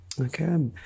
Okay